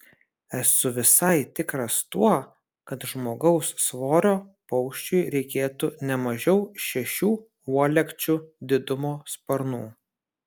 esu visai tikras tuo kad žmogaus svorio paukščiui reikėtų ne mažiau šešių uolekčių didumo sparnų